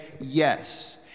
yes